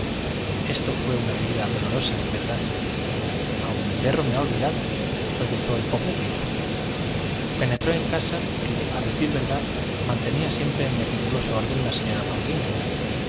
esto fué una herida dolorosa en verdad aun mi perro me ha olvidado sollozó el pobre rip penetró en la casa que a decir verdad mantenía siempre en meticuloso orden la señora